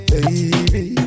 Baby